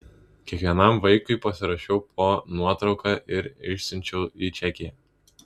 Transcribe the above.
kiekvienam vaikui pasirašiau po nuotrauka ir išsiunčiau į čekiją